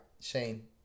Shane